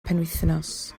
penwythnos